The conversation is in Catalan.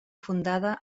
fundada